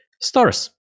Stars